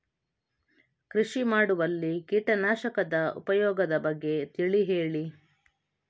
ಕೃಷಿ ಮಾಡುವಲ್ಲಿ ಕೀಟನಾಶಕದ ಉಪಯೋಗದ ಬಗ್ಗೆ ತಿಳಿ ಹೇಳಿ